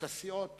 הסיעות